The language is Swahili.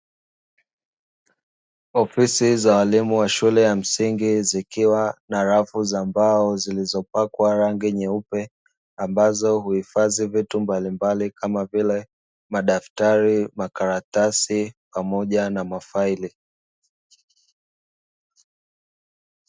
Ofisi za walimu wa shule ya msingi, zikiwa na rafu za mbao zilizopakwa rangi nyeupe, ambazo huhifadhi vitu mbalimbali kama vile: madaftari, makaratasi, pamoja na mafaili.